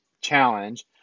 Challenge